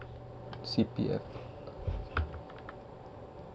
C_P_F